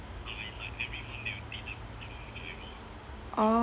oh